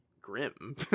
grim